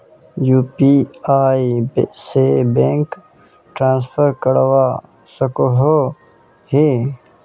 UPI से bank transfer करवा सकोहो ही?